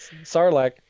Sarlacc